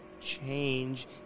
change